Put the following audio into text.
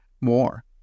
more